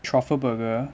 truffle burger